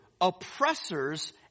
Oppressors